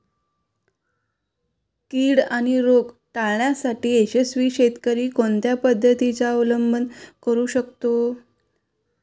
कीड आणि रोग टाळण्यासाठी यशस्वी शेतकरी कोणत्या पद्धतींचा अवलंब करू शकतो?